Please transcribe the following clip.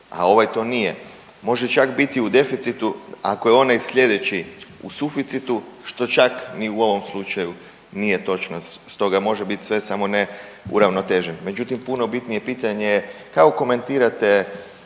a ovaj to nije. Može čak bit u deficitu, ako je onaj sljedeći u suficitu što čak ni u ovom slučaju nije točno, stoga može bit sve samo ne uravnotežen. Međutim, puno bitnije je pitanje kako komentirate